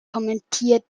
kommentiert